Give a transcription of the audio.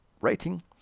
writing